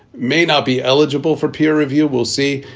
may not be eligible for peer review. we'll see.